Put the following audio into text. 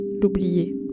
l'oublier